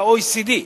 ב-OECD,